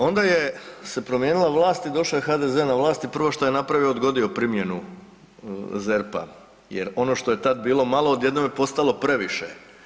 Onda se promijenila vlast i došao je HDZ na vlast i prvo što je napravio, odgodio primjenu ZERP-a jer ono što je tad bilo malo, odjednom je postalo previše.